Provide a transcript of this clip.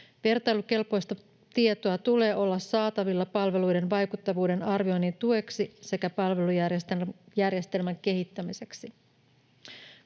Vertailukelpoista tietoa tulee olla saatavilla palveluiden vaikuttavuuden arvioinnin tueksi sekä palvelujärjestelmän kehittämiseksi.